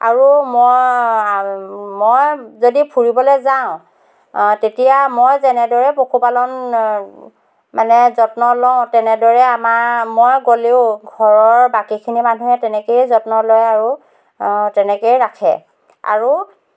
আৰু মই মই যদি ফুৰিবলৈ যাওঁ তেতিয়া মই যেনেদৰে পশুপালন মানে যত্ন লওঁ তেনেদৰে আমাৰ মই গ'লেও ঘৰৰ বাকীখিনি মানুহে তেনেকেই যত্ন লয় আৰু তেনেকেই ৰাখে আৰু